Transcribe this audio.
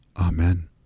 Amen